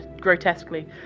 grotesquely